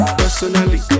personally